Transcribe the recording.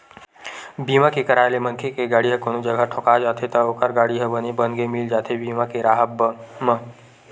बीमा के कराय ले मनखे के गाड़ी ह कोनो जघा ठोका जाथे त ओखर गाड़ी ह बने बनगे मिल जाथे बीमा के राहब म